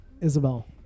Isabel